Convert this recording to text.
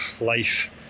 life